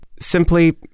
simply